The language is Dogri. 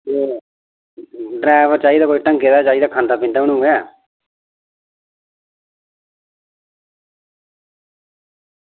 डरैबर चाहिदा कोई ढंगै दा गै चाहिदा कोई खंदा पींदा निं होऐ